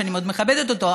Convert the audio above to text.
שאני מאוד מכבדת אותו,